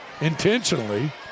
intentionally